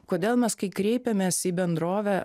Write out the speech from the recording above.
kodėl mes kai kreipėmės į bendrovę